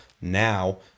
now